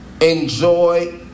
enjoy